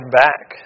back